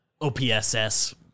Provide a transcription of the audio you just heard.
OPSS